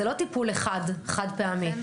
זה לא טיפול אחד, חד פעמי.